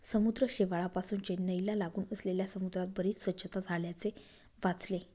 समुद्र शेवाळापासुन चेन्नईला लागून असलेल्या समुद्रात बरीच स्वच्छता झाल्याचे वाचले